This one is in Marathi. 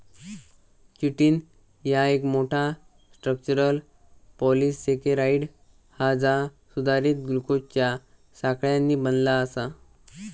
चिटिन ह्या एक मोठा, स्ट्रक्चरल पॉलिसेकेराइड हा जा सुधारित ग्लुकोजच्या साखळ्यांनी बनला आसा